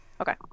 Okay